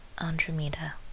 Andromeda